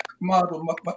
model